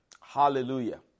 Hallelujah